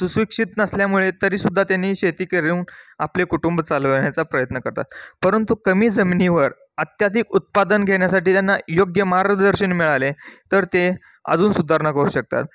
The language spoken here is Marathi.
सुशिक्षित नसल्यामुळे तरीसुद्धा त्यांनी शेती करून आपले कुटुंब चालवण्याचा प्रयत्न करतात परंतु कमी जमिनीवर अत्याधिक उत्पादन घेण्यासाठी त्यांना योग्य मार्गदर्शन मिळाले तर ते अजून सुधारणा करू शकतात